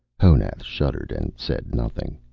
honath shuddered and said nothing.